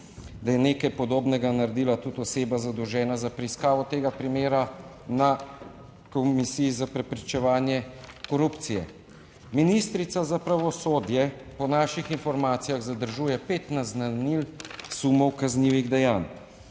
da je nekaj podobnega naredila tudi oseba zadolžena za preiskavo tega primera na Komisiji za preprečevanje korupcije. Ministrica za pravosodje po naših informacijah zadržuje pet naznanil sumov kaznivih dejanj.